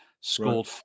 scored